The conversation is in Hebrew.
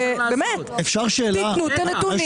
אתמול הוועדה ביקשה מאיתנו להביא את הנתונים